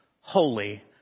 holy